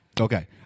Okay